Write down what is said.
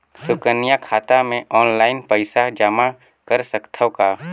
सुकन्या खाता मे ऑनलाइन पईसा जमा कर सकथव का?